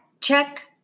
check